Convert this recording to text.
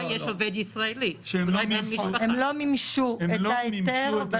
הם לא מימשו את ההיתר.